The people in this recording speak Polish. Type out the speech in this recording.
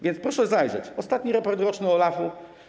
Więc proszę zajrzeć, ostatni raport roczny OLAF-u.